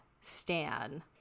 Stan